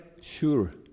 Sure